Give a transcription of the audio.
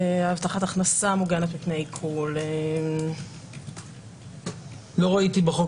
הבטחת הכנסה מוגנת מפני עיקול --- לא ראיתי בחוק